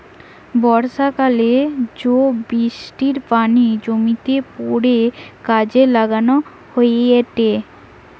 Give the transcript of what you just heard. বর্ষাকালে জো বৃষ্টির পানি জমিয়ে পরে কাজে লাগানো হয়েটে